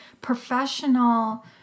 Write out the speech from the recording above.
professional